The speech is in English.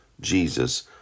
jesus